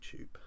YouTube